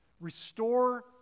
Restore